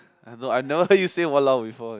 I I've never heard you say !walao! before eh